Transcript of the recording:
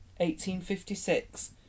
1856